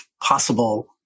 possible